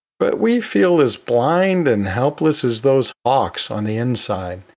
but we feel as blind and helpless as those hawks on the inside.